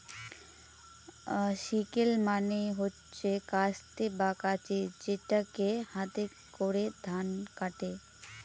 sickle মানে হচ্ছে কাস্তে বা কাঁচি যেটাকে হাতে করে ধান কাটে